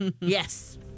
Yes